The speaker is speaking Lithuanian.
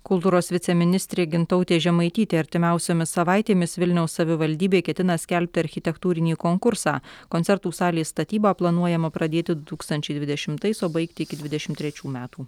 kultūros viceministrė gintautė žemaitytė artimiausiomis savaitėmis vilniaus savivaldybė ketina skelbti architektūrinį konkursą koncertų salės statybą planuojama pradėti du tūkstančiai dvidešimtais o baigti iki dvidešim trečių metų